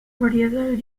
variedades